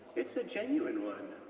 it's a genuine one.